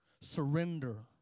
surrender